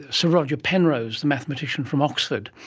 sir roger penrose, the mathematician from oxford,